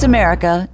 America